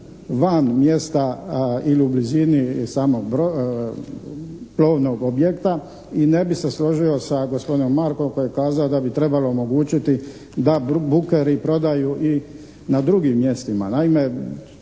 van mjesta ili u blizini samog plovnog objekta i ne bih se složio sa gospodinom Markovom koji je kazao da bi trebalo omogućiti da bukeri prodaju i na drugim mjestima.